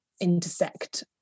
intersect